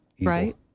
right